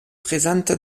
présente